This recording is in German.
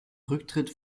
rücktritt